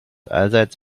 allseits